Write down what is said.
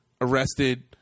arrested